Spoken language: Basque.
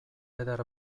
eder